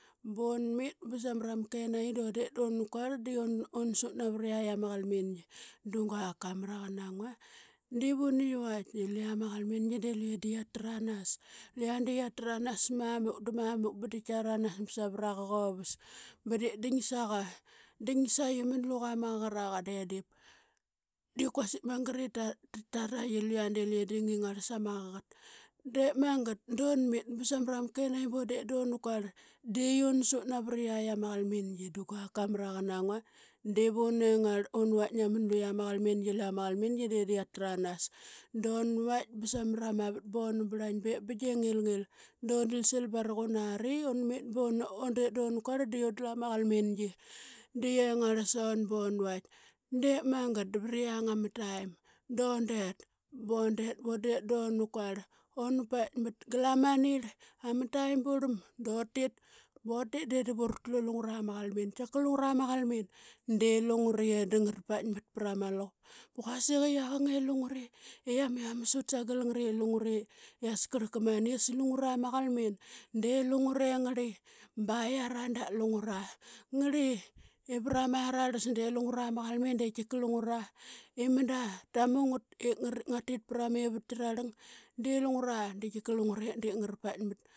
Bunmit ba samara ma kenaqi dundet duna kuarl di una un sut navaraqiak ama qalmingi. Da guak ka mraqan aa ngua div uni yivaitk i luqia ma qalmingi de luqe da qia tranas. Luqia de qia tranas mamuk da mamuk ba diip kia ranas ba savaraqak uvas ba diip ding saqi man luqa ma qaqaraqa de diip de kuasik magat ip ta, taraqi luqia de di qi ngingarl sama qaqat. Dep magat dun dun mit ba samra ma kenaqi ba undet da una kuarl de una sut nawariatk ama qalmingi da guak ka maraqan aa ngua div un vaitk naman luqa ma qalmingi, luyia ma qalmingi de da qia tranas. Da vaitk ba samra ma vat ba una brlaing bep bigia i ngilngil da unalsil barak unari mit ba una undet da unu kuarl de undlu ama qalmingi da qengarl sun ba un vaitk. Diip mangat da vara yiang ama taim dundet bundet bundet duna kuarl, una paikmat gala ma nirl ama taim, burlam da utit botit de div urutlu lungura ma qalmin. Tika lungura ma qalmin de lungure i da ngara paikmat pra ma luqup, ba quasik i aqang i lungure ama yiamas ut sagel ngat i lungure askarlka mani sa lungura ma galmin de lungure ngarli ba yiara da lungura. Ngarlie i varama aralas de lungura ma qalmin de tika lungura i manda ta mu ngati ngara natit pra ma evatki rarlang. Di lungura di tika lungure i de ngara paikmat.